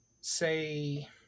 say